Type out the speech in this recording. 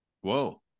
Whoa